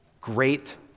great